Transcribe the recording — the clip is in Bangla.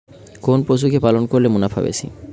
কোন পশু কে পালন করলে মুনাফা বেশি?